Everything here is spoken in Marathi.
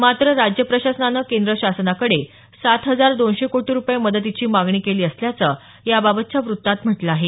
मात्र राज्य प्रशासनानं केंद्र शासनाकडे सात हजार दोनशे कोटी रुपये मदतीची मागणी केली असल्याचं याबाबतच्या व्रत्तात म्हटलं आहे